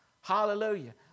Hallelujah